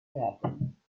werden